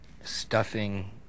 stuffing